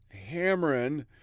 hammering